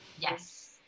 Yes